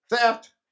theft